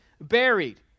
buried